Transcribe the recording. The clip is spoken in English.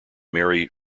mary